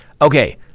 Okay